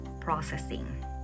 processing